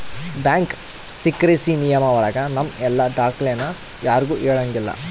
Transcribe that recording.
bank secrecy ನಿಯಮ ಒಳಗ ನಮ್ ಎಲ್ಲ ದಾಖ್ಲೆನ ಯಾರ್ಗೂ ಹೇಳಂಗಿಲ್ಲ